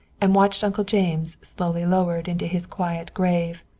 and watched uncle james slowly lowered into his quiet grave.